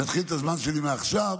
תתחיל את הזמן שלי מעכשיו,